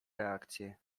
reakcje